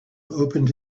opened